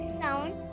sound